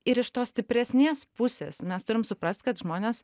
ir iš tos stipresnės pusės mes turim suprast kad žmonės